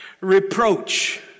reproach